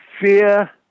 fear